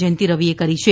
જયંતિ રવિએ કરી છે